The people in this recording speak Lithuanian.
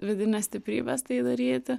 vidinės stiprybės tai daryti